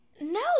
no